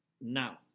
now